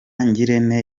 ngirente